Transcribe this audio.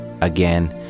again